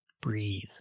Breathe